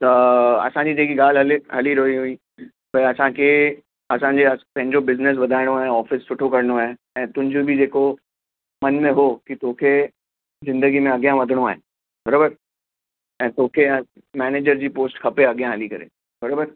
त असांजी जेकी ॻाल्हि हली रही हुई बई असांखे असांजे पंहिंजो बिज़नेस वधाइणो आहे ऑफिस सुठो करिणो आहे ऐं तुंहिंजो बि जेको मनु में हो कि तोखे ज़िंदगी में अॻियां वधिणो आहे बरोबर ऐं तोखे मैनेजर जी पोस्ट खपे अॻियां हली करे बरोबर